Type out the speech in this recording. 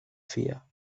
fear